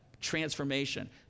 transformation